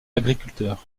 agriculteurs